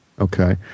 Okay